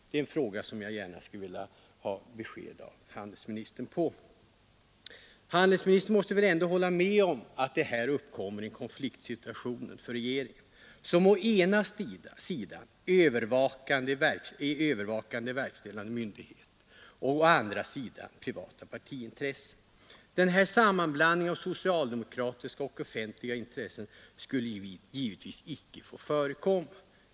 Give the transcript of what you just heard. Det är en fråga som jag gärna skulle vilja ha ett besked i av handelsministern. Handelsministern måste väl ändå hålla med om att det här uppkommer en konfliktsituation för regeringen å ena sidan, som är övervakande verkställande myndighet, och privata partiintressen å andra sidan. Sådan sammanblandning av socialdemokratiska och offentliga intressen skulle givetvis icke få förekomma.